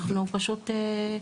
אנחנו פשוט.